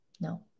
No